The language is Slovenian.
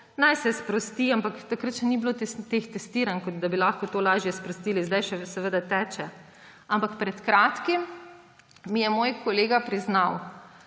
naj se sprosti, ampak takrat še ni bilo teh testiranj, da bi to lažje sprostili, zdaj seveda še teče. Pred kratkim mi je moj kolega priznal,